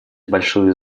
большую